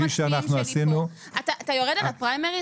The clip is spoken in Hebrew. אתה יורד על הפריימריס?